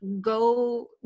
go